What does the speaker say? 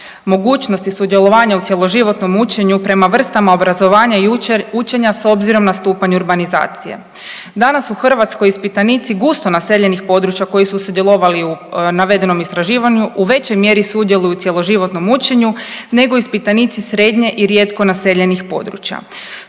mogućnosti sudjelovanja u cjeloživotnom učenju prema vrstama obrazovanja i učenja s obzirom na stupanj urbanizacije. Danas u Hrvatskoj ispitanici gusto naseljenih područja koji su sudjelovali u navedenom istraživanju u većoj mjeri sudjeluju u cjeloživotnom učenju nego ispitanici srednje i rijetko naseljenih područja.